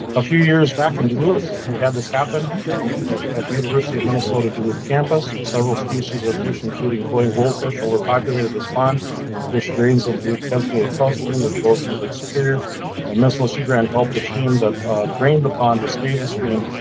a few years back in duluth we had this happen at at the university of minnesota duluth campus, several species of fish including koi and goldfish overpopulated this pond which drains into a designated trout stream that flows and into lake superior and minnesota sea grant helped the team that drained the pond to save the stream,